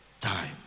time